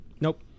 Nope